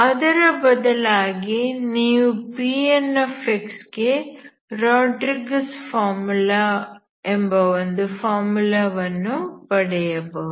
ಅದರ ಬದಲಾಗಿ ನೀವು Pnx ಗೆ ರಾಡ್ರಿಗಸ್ ಫಾರ್ಮುಲಾ ಎಂಬ ಒಂದು ಫಾರ್ಮುಲಾವನ್ನು ಪಡೆಯಬಹುದು